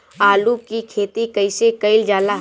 आलू की खेती कइसे कइल जाला?